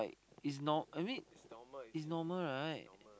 is nor I mean is normal right